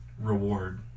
reward